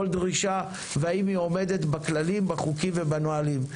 דרישה והאם היא עומדת בכללים בחוקים ובנהלים,